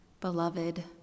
Beloved